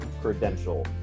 credential